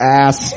ass